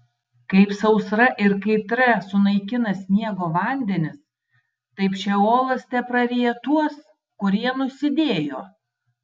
kaip sausra ir kaitra sunaikina sniego vandenis taip šeolas tepraryja tuos kurie nusidėjo